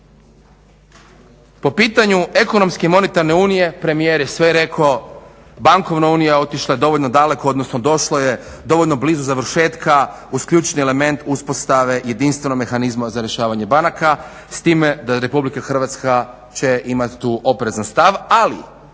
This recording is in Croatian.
Po pitanju Ekonomske monetarne unije premijer je sve rekao. Bankovna unija je otišla dovoljno daleko odnosno došla dovoljno blizu završetka uz ključni element uspostave jedinstvenog mehanizma za rješavanje banaka s time da će RH imati tu oprezan stav. Ali